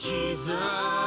Jesus